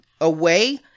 away